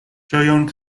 ĝojon